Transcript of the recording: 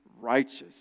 righteous